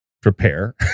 prepare